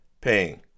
paying